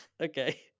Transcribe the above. Okay